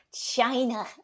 China